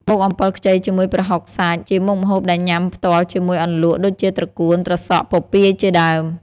បុកអំពិលខ្ចីជាមួយប្រហុកសាច់ជាមុខម្ហូបដែលញាំផ្ទាប់ជាមួយអន្លក់ដូចជាត្រកួន ត្រសក់ ពពាយជាដើម។